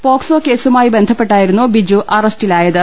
POCSO കേസു മായി ബന്ധപ്പെട്ടായിരുന്നു ബിജു അറസ്റ്റിലായത്